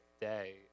day